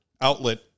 outlet